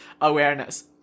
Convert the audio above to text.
awareness